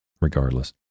regardless